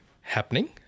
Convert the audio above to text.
happening